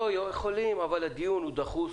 לא, יכולים, אבל הדיון דחוס.